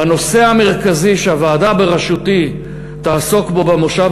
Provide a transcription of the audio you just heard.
והנושא המרכזי שהוועדה בראשותי תעסוק בו במושב